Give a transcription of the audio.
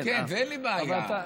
כן, אין לי בעיה.